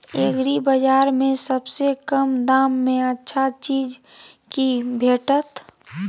एग्रीबाजार में सबसे कम दाम में अच्छा चीज की भेटत?